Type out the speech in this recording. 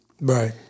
Right